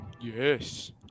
Yes